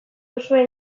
duzue